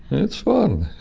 it's fun